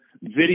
video